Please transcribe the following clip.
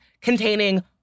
containing